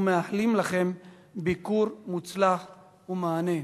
ומאחלים לכם ביקור מוצלח ומהנה.